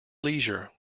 leisure